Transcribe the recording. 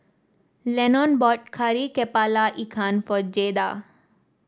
Lennon bought Kari kepala Ikan for Jaeda